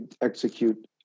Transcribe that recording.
execute